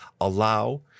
allow